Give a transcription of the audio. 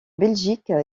belgique